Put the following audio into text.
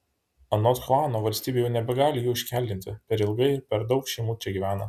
anot chuano valstybė jau nebegali jų iškeldinti per ilgai ir per daug šeimų čia gyvena